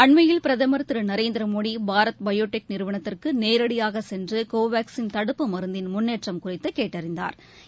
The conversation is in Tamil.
அண்மையில் பிரதம் திரு நரேந்திரமோடி பாரத் பயோடெக் நிறுவனத்துக்கு நேரடியாக சென்று கோவாக்ஸ் தடுப்பு மருந்தின் முன்னேற்றம் குறித்து கேட்டறிந்தாா்